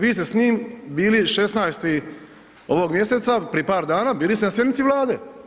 Vi ste s njim bili 16. ovog mjeseca, prije par dana bili ste na sjednici Vlade.